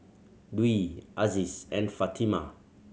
Dwi Aziz and Fatimah